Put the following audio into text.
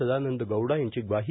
सदानंद गौडा यांची ग्वाही